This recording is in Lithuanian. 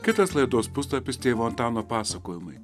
kitas laidos puslapis tėvo antano pasakojimai